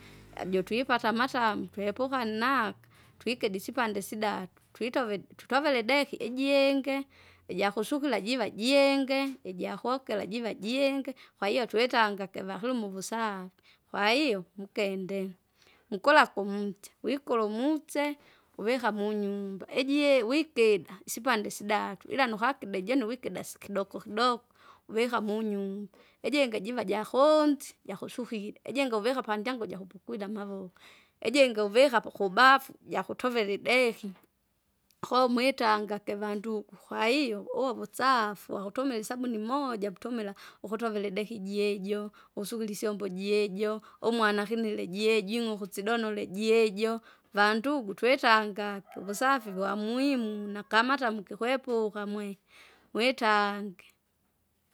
jotwipata amatuamu twepuka naka, twikide isipande sidake, twitove, tutovere ideki ijienge, ijakusukira jiva jenge, ijakokera jiva jienge. Kwahiyo twitanga kivahilimo uvusaga, kwahiyo mukende, mukula kumcha, wikule umutse, uvika munyumba ijie wikida isipande sitatu ila nukakide jene uwikide siki kidokokidoko vuvika munyumba. Ijingi jiva jahonzi jahusihire, ijingi uvika pandyangu jakupukwila amavoko, ijingi uvika pakubafu jakutovera ideki, koo mwitange kivandugu kwahiyo, uvo vusafu wakutumila isabuni moja mutumila. ukutovera ideki jiejo, ukusukira isyombo jiejo, umwana akinile jiejo jing'i ukusidonole jiejo, vandugu twetanga puvusafi vyamuimu nakamata mukikwepuka mwe! mwetange.